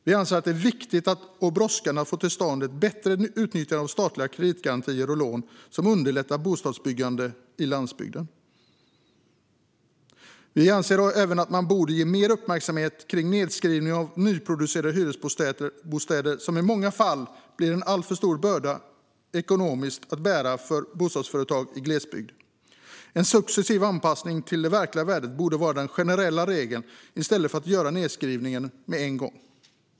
Vi anser att det är viktigt och brådskande att få till stånd ett bättre utnyttjande av statliga kreditgarantier och lån som underlättar bostadsbyggande på landsbygden. Vi anser även att man mer borde uppmärksamma nedskrivning av nyproducerade hyresbostäder som i många fall blir en alltför stor börda ekonomiskt att bära för bostadsföretag i glesbygd. En successiv anpassning till det verkliga värdet borde vara den generella regeln i stället för att göra nedskrivningen med en gång.